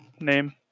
name